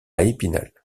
épinal